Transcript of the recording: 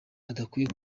adakwiye